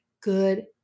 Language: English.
good